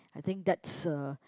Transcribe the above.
I think that's a